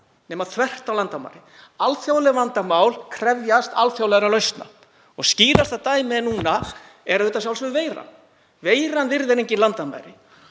nema þvert á landamæri. Alþjóðleg vandamál krefjast alþjóðlegra lausna. Skýrasta dæmið núna er að sjálfsögðu veiran. Veiran virðir engin landamæri.